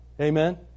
Amen